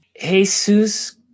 Jesus